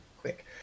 quick